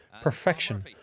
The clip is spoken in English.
perfection